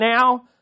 now